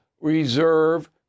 reserve